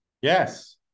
Yes